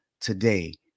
today